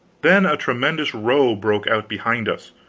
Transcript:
then a tremendous row broke out behind us,